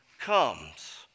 comes